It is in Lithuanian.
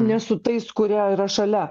ne su tais kurie yra šalia